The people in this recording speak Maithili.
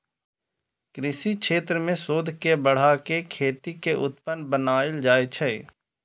कृषि क्षेत्र मे शोध के बढ़ा कें खेती कें उन्नत बनाएल जाइ छै